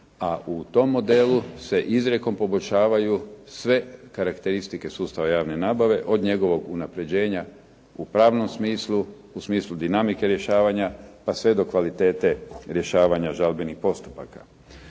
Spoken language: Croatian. a u tom modelu se izrijekom poboljšavaju sve karakteristike sustava javne nabave od njegovog unapređenja u pravnom smislu, u smislu dinamike rješavanja pa sve do kvalitete rješavanja žalbenih postupaka.